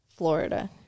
Florida